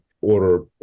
order